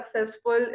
successful